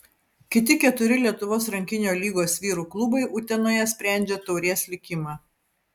kiti keturi lietuvos rankinio lygos vyrų klubai utenoje sprendžia taurės likimą